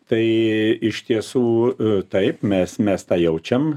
tai iš tiesų taip mes mes tą jaučiam